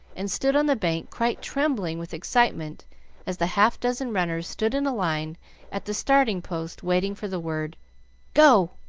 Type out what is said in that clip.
and stood on the bank quite trembling with excitement as the half-dozen runners stood in a line at the starting-post waiting for the word go!